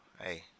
hey